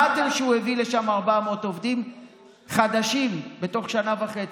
שמעתם שהוא הביא לשם 400 עובדים חדשים בתוך שנה וחצי,